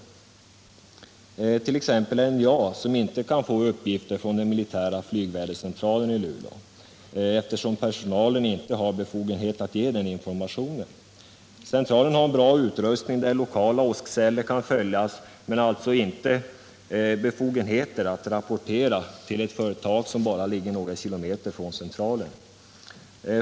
NJA kan t.ex. inte få uppgifter från den militära flygvädercentralen i Luleå, eftersom personalen inte har befogenhet att ge den informationen. Centralen har en bra utrustning, där lokala åskeeller kan följas, men den har alltså inte befogenhet att rapportera till ett företag som ligger bara någon kilometer från centralen.